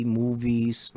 movies